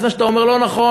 לפני שאתה אומר "לא נכון"